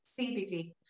CBD